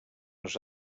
els